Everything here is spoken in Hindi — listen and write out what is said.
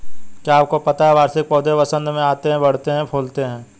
क्या आपको पता है वार्षिक पौधे वसंत में आते हैं, बढ़ते हैं, फूलते हैं?